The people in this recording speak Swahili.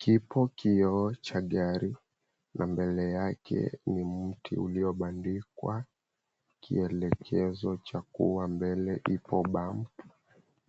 Kipo kioo cha gari na mbele yake ni mti uliobandikwa kielekezo cha kuwa mbele ipo bump